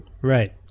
right